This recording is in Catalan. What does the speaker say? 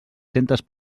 centes